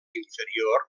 inferior